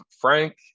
Frank